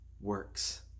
works